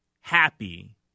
happy